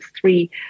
three